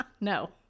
No